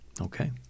Okay